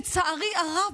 לצערי הרב,